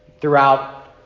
throughout